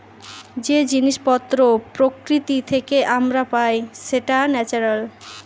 যে জিনিস পত্র প্রকৃতি থেকে আমরা পাই সেটা ন্যাচারাল